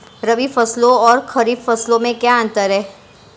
रबी फसलों और खरीफ फसलों में क्या अंतर है?